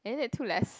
is it too less